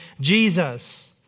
Jesus